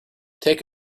take